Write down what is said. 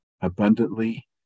abundantly